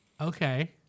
Okay